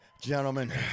Gentlemen